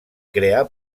crear